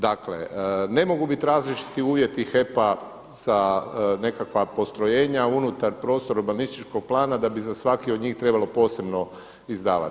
Dakle, ne mogu biti različiti uvjeti HEP-a za nekakva postrojenja unutar prostora urbanističkog plana da bi za svaki od njih trebalo posebno izdavati.